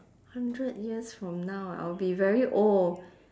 hundred years from now ah I will be very old